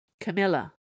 Camilla